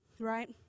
right